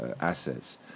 assets